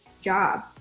job